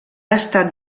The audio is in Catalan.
estat